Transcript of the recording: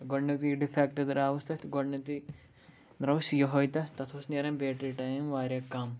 گۄڈنٮ۪تھٕے ڈِفیکٹ درٛاوُس تَتھ گۄڈنٮ۪تھٕے درٛاوُس یِہوٚے تَتھ تَتھ اوس نیران بیٹرٛی ٹایم واریاہ کَم